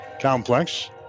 complex